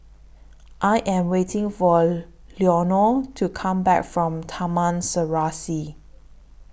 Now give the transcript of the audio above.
I Am waiting For Leonore to Come Back from Taman Serasi